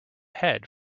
head